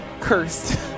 cursed